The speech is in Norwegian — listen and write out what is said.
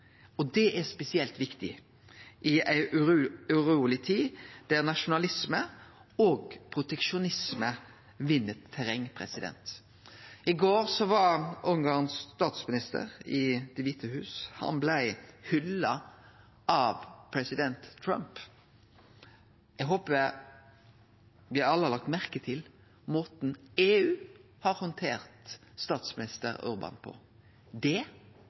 overfor. Det er spesielt viktig i ei urolig tid da nasjonalisme og proteksjonisme vinn terreng. I går var Ungarns statsminister i Det kvite huset. Han blei hylla av president Trump. Eg håper me alle har lagt merke til måten EU har handtert statsminister Orbán på. Det